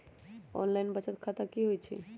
Online बचत खाता की होई छई?